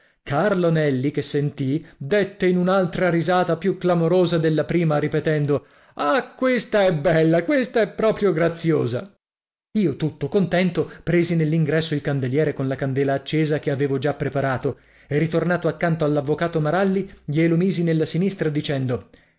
carlo nelli che sentì dètte in un'altra risata più clamorosa della prima ripetendo ah questa è bella questa è proprio graziosa io tutto contento presi nell'ingresso il candelliere con la candela accesa che avevo già preparato e ritornato accanto all'avvocato maralli glielo misi nella sinistra dicendo